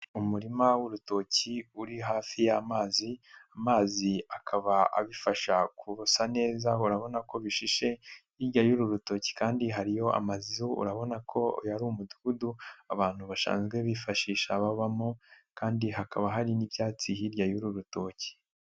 Umurima w'urutoki uri hafi y'amazi, amazi akaba abifasha kusa neza, urabona ko bishishe, hirya y'uru rutoki kandi hariyo amazu, urabona ko uyu ari umudugudu abantu basanzwe bifashisha babamo, kandi hakaba hari n'ibyatsi hirya y'uru rutoki.